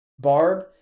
Barb